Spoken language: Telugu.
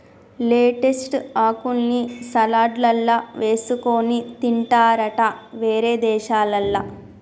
లెట్టస్ ఆకుల్ని సలాడ్లల్ల వేసుకొని తింటారట వేరే దేశాలల్ల